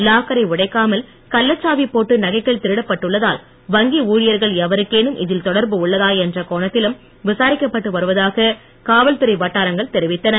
லாக்கரை உடைக்காமல் கள்ளச்சாவி போட்டு நகைகள் திருடப்பட்டுள்ளதால் வங்கி ஊழியர்கள் எவருக்கேனும் இதில் தொடர்பு உள்ளதா என்ற கோணத்திலும் விசாரிக்கப்பட்டு வருவதாக காவல்துறை வட்டாரங்கள் தெரிவித்தன